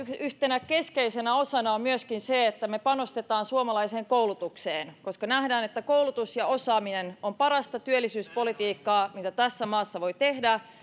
niin yhtenä keskeisenä osana on myöskin se että me panostamme suomalaiseen koulutukseen koska nähdään että koulutus ja osaaminen ovat parasta työllisyyspolitiikkaa mitä tässä maassa voi tehdä